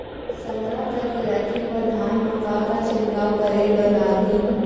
संग्रह करके रखे बर धान मा का का छिड़काव करे बर लागही?